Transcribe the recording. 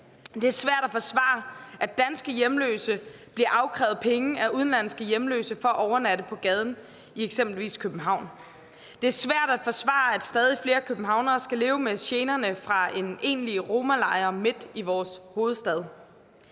Det er svært at forsvare, at danske hjemløse blive afkrævet penge af udenlandske hjemløse for at overnatte på gaden i eksempelvis København. Det er svært at forsvare, at stadig flere københavnere skal leve med generne fra egentlige romalejre midt i vores hovedstad.